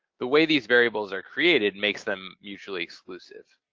the way these variables are created makes them mutually exclusive.